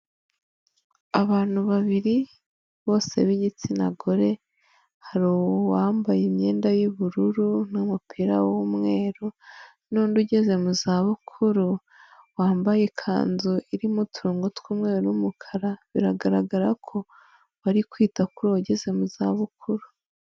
Abantu babiri bose b'igitsina gore, hari uwambaye imyenda y'ubururu n'umupira w'umweru n'undi ugeze mu za bukuru, wambaye ikanzu irimo utungo tw'umweru n'umukara, biragaragara ko bari kwita kuri uwo ugeze mu za bukuru.